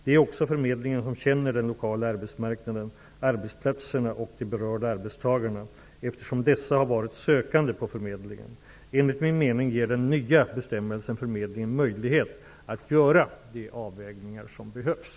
Det är också förmedlingen som känner den lokala arbetsmarknaden, arbetsplatserna och de berörda arbetstagarna, eftersom dessa har varit sökande på förmedlingen. Enligt min mening ger den nya bestämmelsen förmedlingen möjlighet att göra de avvägningar som behövs.